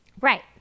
right